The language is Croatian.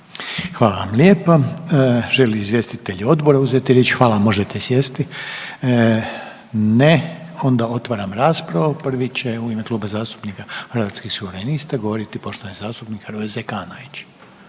Hvala vam lijepo. Želi li izvjestitelji Odbora uzeti riječ? Hvala, možete sjesti. Ne. Onda otvaram raspravu. Prvi će u ime Kluba zastupnika Hrvatskih suverenista govoriti poštovani zastupnik Hrvoje Zekanović.